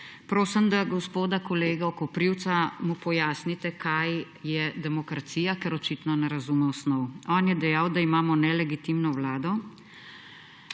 Prosim, da gospodu kolegu Koprivcu pojasnite, kaj je demokracija, ker očitno ne razume osnov. On je dejal, da imamo nelegitimno vlado.